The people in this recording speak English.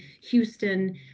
Houston